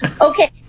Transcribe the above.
Okay